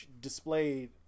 displayed